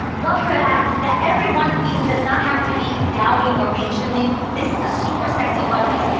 love the fact that every one-piece does not have to be dowdy or matronly, this is a super sexy one-piece.